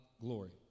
glory